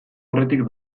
aurretik